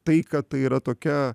tai kad tai yra tokia